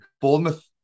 Bournemouth